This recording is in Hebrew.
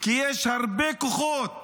כי יש הרבה כוחות